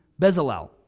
Bezalel